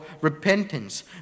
repentance